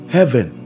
Heaven